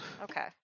Okay